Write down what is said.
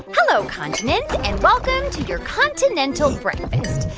hello, continents. and welcome to your continental breakfast.